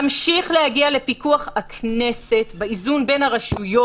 ממשיך להגיע לפיקוח הכנסת באיזון בין הרשויות.